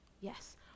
Yes